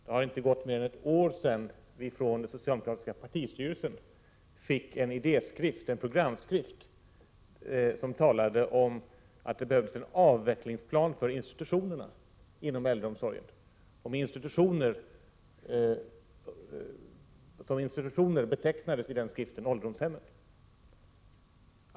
Det har inte gått mer än ett år sedan vi från den socialdemokratiska partistyrelsen fick en programskrift som talade om att det behövs en avvecklingsplan för institutionerna inom äldreomsorgen, och som institutioner betecknades i den skriften ålderdomshemmen.